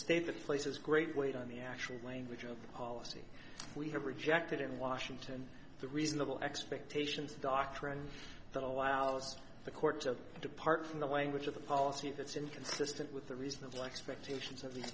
state that places great weight on the actual language of policy we have rejected in washington the reasonable expectations doctrine that allows the court to depart from the language of the policy that's inconsistent with the reasonable expectations